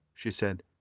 she said,